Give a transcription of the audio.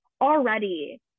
already